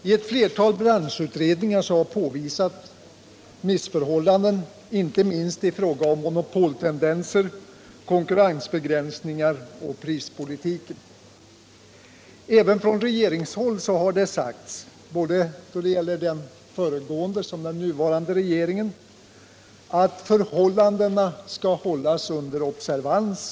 I flera branschutredningar har man påvisat missförhållanden, inte minst beträffande monopoltendenser, konkurrensbegränsningar och prispolitik. Även från regeringshåll har det sagts, och det gäller både den föregående och den nuvarande regeringen, att förhållandena skall hållas under observans.